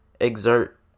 exert